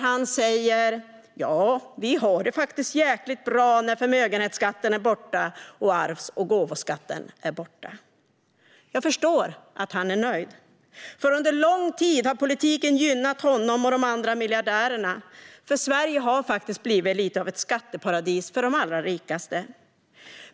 Han säger: Ja, vi har det faktiskt jäkligt bra nu när förmögenhetsskatten är borta och när arvs och gåvoskatten är borta. Jag förstår att han är nöjd, för under lång tid har politiken gynnat honom och de andra miljardärerna. Sverige har blivit lite av ett skatteparadis för de allra rikaste.